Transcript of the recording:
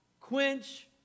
quench